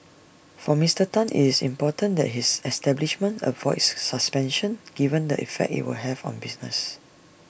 for Mister Tan IT is important that his establishment avoids suspensions given the effect IT will have on business